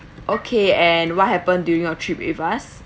okay and what happened during your trip with us